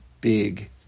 big